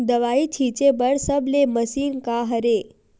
दवाई छिंचे बर सबले मशीन का हरे?